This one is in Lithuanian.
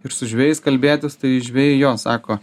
ir su žvejais kalbėtis tai žvejai jo sako